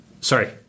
sorry